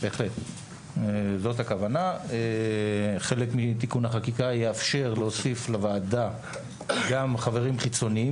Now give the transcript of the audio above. חלק מתיקון החקיקה יאפשר להוסיף לוועדה גם חברים חיצוניים,